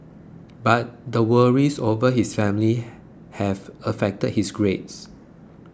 but the worries over his family have affected his grades